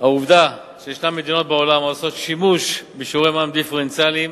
העובדה שיש מדינות בעולם העושות שימוש בשיעורי מע"מ דיפרנציאליים